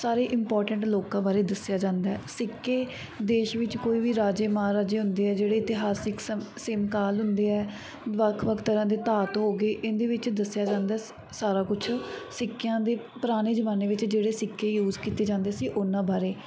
ਸਾਰੇ ਇੰਪੋਰਟੈਂਟ ਲੋਕਾਂ ਬਾਰੇ ਦੱਸਿਆ ਜਾਂਦਾ ਸਿੱਕੇ ਦੇਸ਼ ਵਿੱਚ ਕੋਈ ਵੀ ਰਾਜੇ ਮਹਾਰਾਜੇ ਹੁੰਦੇ ਆ ਜਿਹੜੇ ਇਤਿਹਾਸਿਕ ਸਮ ਸਿਮਕਾਲ ਹੁੰਦੇ ਆ ਵੱਖ ਵੱਖ ਤਰਾਂ ਦੇ ਧਾਤ ਹੋ ਗਏ ਇਹਦੇ ਵਿੱਚ ਦੱਸਿਆ ਜਾਂਦਾ ਸਾਰਾ ਕੁਛ ਸਿੱਕਿਆਂ ਦੇ ਪੁਰਾਣੇ ਜ਼ਮਾਨੇ ਵਿੱਚ ਜਿਹੜੇ ਸਿੱਕੇ ਯੂਜ ਕੀਤੇ ਜਾਂਦੇ ਸੀ ਉਹਨਾਂ ਬਾਰੇ